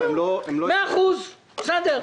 מאה אחוז, בסדר.